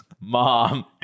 Mom